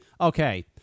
Okay